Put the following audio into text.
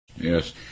Yes